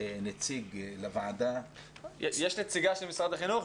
נציג לוועדה -- יש נציגה ממשרד החינוך,